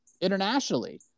internationally